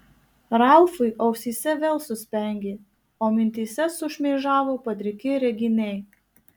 ralfui ausyse vėl suspengė o mintyse sušmėžavo padriki reginiai